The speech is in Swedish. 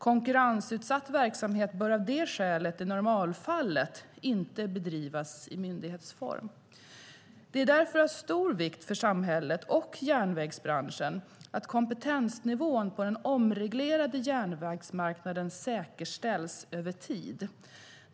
Konkurrensutsatt verksamhet bör av det skälet i normalfallet inte bedrivas i myndighetsform. Det är därför av stor vikt för samhället och järnvägsbranschen att kompetensnivån på den omreglerade järnvägsmarknaden säkerställs över tid.